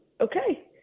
Okay